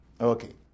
Okay